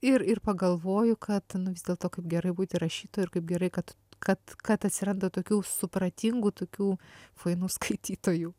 ir ir pagalvoju kad vis dėlto kaip gerai būti rašytoju ir kaip gerai kad kad kad atsiranda tokių supratingų tokių fainų skaitytojų